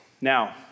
Now